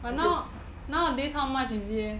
but now nowadays how much is it eh